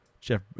Jeff